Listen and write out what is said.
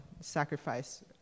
sacrifice